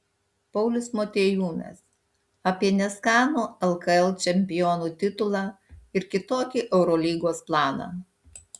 paulius motiejūnas apie neskanų lkl čempionų titulą ir kitokį eurolygos planą